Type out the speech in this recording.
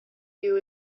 you